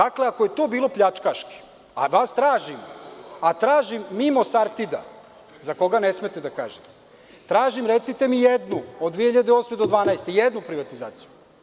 Ako je to bilo pljačkaški, a tražim, mimo „Sartida“, za koga ne smete da kažete, recite mi jednu od 2008. do 2012. godine privatizaciju.